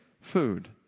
food